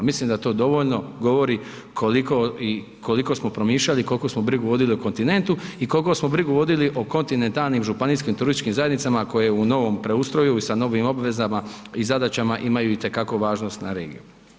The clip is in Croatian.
Mislim da to dovoljno govori koliko smo promišljali, koliko smo brigu vodili o kontinentu i kolko smo brigu vodili o kontinentalnim županijskim turističkim zajednicama koje u novom preustroju i sa novim obvezama i zadaćama imaju itekako važnost na regiju.